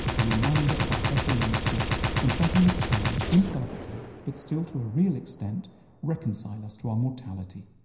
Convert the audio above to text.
a reminder of our better nature and something that can imperfectly but still to a real extent reconcile us to our mortality.